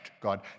God